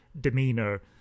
demeanor